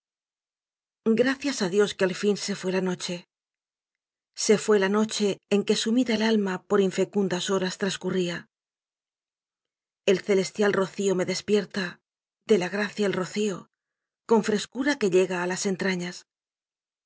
gracias á dios que al fin se fué la noche se fué la noche en que sumida el alma por infecundas horas trascurría el celestial rocío me despierta de la gracia el rocío con frescura que llega á las entrañas